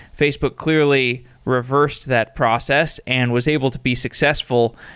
facebook clearly reversed that process and was able to be successful,